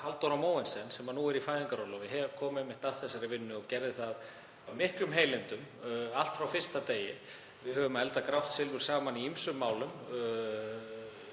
Halldóra Mogensen, sem nú er í fæðingarorlofi, kom einmitt að þessari vinnu og gerði það af miklum heilindum, allt frá fyrsta degi. Við höfum eldað grátt silfur saman í ýmsum málum,